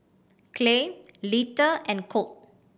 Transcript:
Clay Lita and Colt